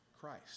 Christ